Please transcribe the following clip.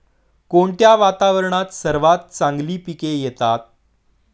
कोणत्या वातावरणात सर्वात चांगली पिके येतात?